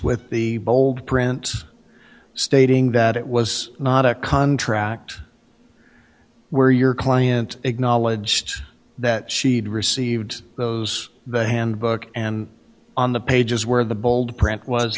with the bold print stating that it was not a contract where your client acknowledged that she'd received those the handbook and on the pages where the